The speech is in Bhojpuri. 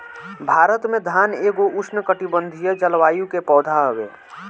भारत में धान एगो उष्णकटिबंधीय जलवायु के पौधा हवे